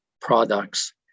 products